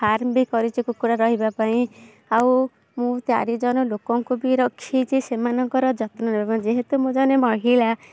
farm ବି କରିଛି କୁକୁଡ଼ା ରହିବା ପାଇଁ ଆଉ ମୁଁ ଚାରି ଜଣ ଲୋକଙ୍କୁ ବି ରଖିଛି ସେମାନଙ୍କର ଯତ୍ନ ନେବା ଯେହେତୁ ମୁଁ ଜଣେ ମହିଳା